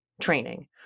training